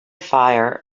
fire